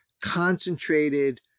concentrated